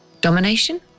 Domination